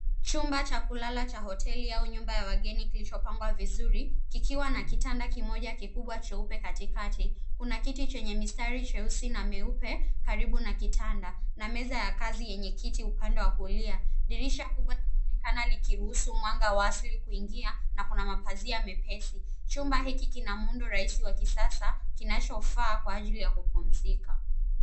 Chumba cha kulala cha hoteli au nyumba ya wageni kilichopangwa vizuri kikiwa na kitanda kimoja kikubwa cheupe katikati. Kuna kiti chenye mistari cheusi na meupe karibu na kitanda na meza ya kazi yenye kiti upande wa kulia. Dirisha kubwa linaonekana likiruhusu mwanga wa asili kuingia na kuna mapazia mepesi. Chumba hiki kina muundo rahisi wa kisasa kinachofaa kwa ajili ya kupumzika.